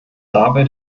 dabei